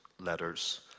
letters